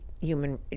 human